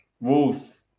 Wolves